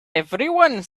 everyone